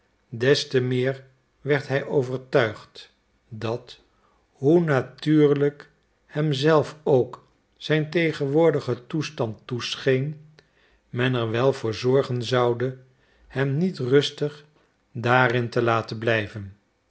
des te meer werd hij overtuigd dat hoe natuurlijk hem zelf ook zijn tegenwoordige toestand toescheen men er wel voor zorgen zoude hem niet rustig daarin te laten blijven